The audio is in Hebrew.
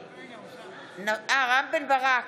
אינו נוכח אורנה ברביבאי,